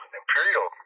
imperial